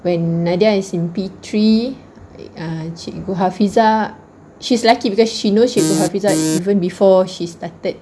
when nadia is in P three err cikgu hafiza she's lucky because she knows cikgu hafiza even before she started